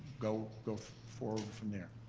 go go forward from there.